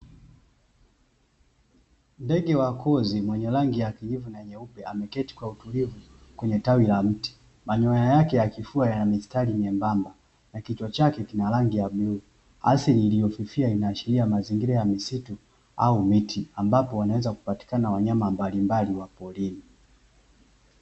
Ndege wa kozi mwenye rangi ya kijivu na nyeupe, ameketi kwa utulivu kwenye tawi la mti. Manyoya yake ya kifua yana mistari myembamba, na kichwa chake kina rangi ya bluu. Asili iliyofifia inaashiria mazingira ya misitu au miti, ambapo wanaweza kupatikana wanyama mbali mbali wa porini.